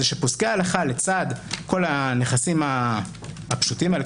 שפוסקי הלכה לצד כל הנכסים הפשוטים האלה,